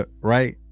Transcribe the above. Right